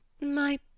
My